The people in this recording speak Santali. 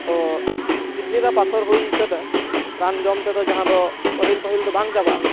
ᱛᱚ ᱠᱤᱰᱱᱤ ᱨᱮ ᱯᱟᱛᱷᱚᱨ ᱦᱩᱭ ᱠᱟᱱᱟ ᱨᱟᱱ ᱡᱚᱢ ᱛᱮᱫᱚ ᱡᱟᱦᱟᱸ ᱫᱚ ᱯᱟᱹᱦᱤᱞ ᱯᱟᱹᱦᱤᱞ ᱫᱚ ᱵᱟᱝ ᱪᱟᱵᱟᱜ